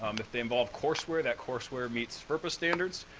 um if they involve courseware, that courseware meets ferpa standards.